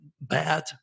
bad